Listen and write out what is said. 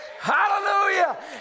Hallelujah